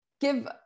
give